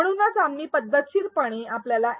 म्हणून आम्ही पद्धतशीरपणे एखाद्या ए